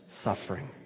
suffering